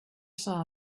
saw